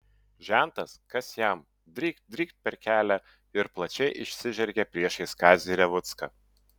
žentas kas jam drykt drykt per kelią ir plačiai išsižergė priešais kazį revucką